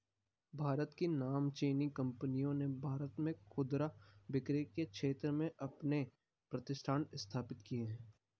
भारत की नामचीन कंपनियों ने भारत में खुदरा बिक्री के क्षेत्र में अपने प्रतिष्ठान स्थापित किए हैं